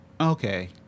Okay